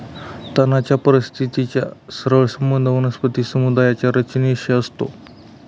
तणाच्या परिस्थितीचा सरळ संबंध वनस्पती समुदायाच्या रचनेशी असतो